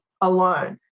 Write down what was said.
alone